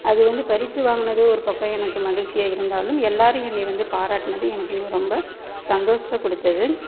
அது வந்து பரிசு வாங்கினது ஒரு பக்கம் எனக்கு மகிழ்ச்சியா இருந்தாலும் எல்லாரும் என்னையை வந்து பாராட்டினது எனக்கு இன்னும் ரொம்ப சந்தோசத்தை கொடுத்தது